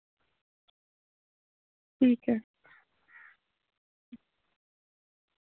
ठीक ऐ